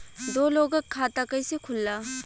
दो लोगक खाता कइसे खुल्ला?